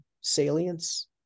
salience